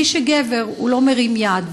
מי שגבר לא מרים יד,